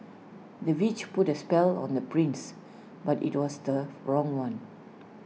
the witch put A spell on the prince but IT was the wrong one